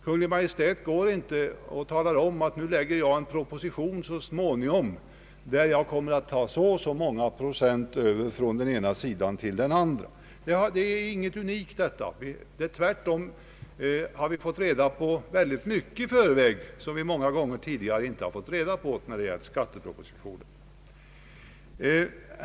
Kungl. Maj:t talar inte om att man skall lägga fram en proposition så småningom och att man då kommer att flytta över så och så många procent från den ena sidan till den andra. Vi har nu fått reda på mycket i förväg som vi många gånger tidigare inte fått reda på när det gällt skattepropositioner.